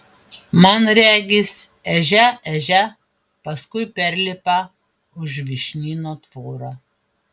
man regis ežia ežia paskui perlipa už vyšnyno tvorą